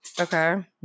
Okay